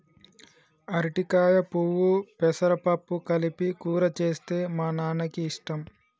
అరటికాయ పువ్వు పెసరపప్పు కలిపి కూర చేస్తే మా నాన్నకి ఇష్టం